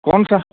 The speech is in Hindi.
कौन सा